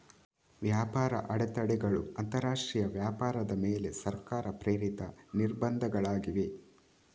ವ್ಯಾಪಾರ ಅಡೆತಡೆಗಳು ಅಂತರಾಷ್ಟ್ರೀಯ ವ್ಯಾಪಾರದ ಮೇಲೆ ಸರ್ಕಾರ ಪ್ರೇರಿತ ನಿರ್ಬಂಧಗಳಾಗಿವೆ